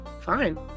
fine